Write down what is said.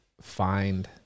find